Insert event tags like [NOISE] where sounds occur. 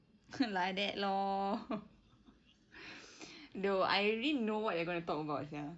like that lor [LAUGHS] though I already know what they going to talk about sia